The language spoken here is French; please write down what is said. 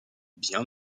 bien